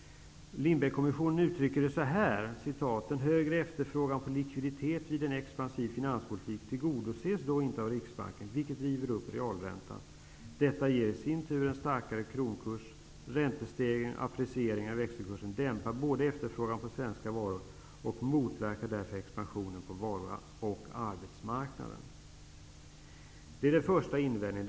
Lindbeckkommisionen utrycker det så här: ''Den högre efterfrågan på likviditet vid en expansiv finanspolitik tillgodoses då inte av Riksbanken, vilket driver upp realräntan. Detta ger i sin tur en starkare kronkurs. Räntestegringen och apprecieringen av växelkursen dämpar båda efterfrågan på svenska varor och motverkar därför expansionen på varu och arbetsmarknaden.'' Det är den första invändningen.